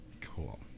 Cool